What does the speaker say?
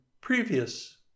previous